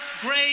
great